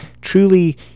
Truly